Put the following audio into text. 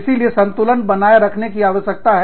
इसीलिए संतुलन बनाए रखने की आवश्यकता है